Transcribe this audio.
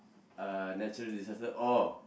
uh natural disaster or